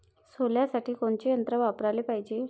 सोल्यासाठी कोनचं यंत्र वापराले पायजे?